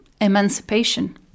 emancipation